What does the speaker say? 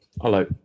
Hello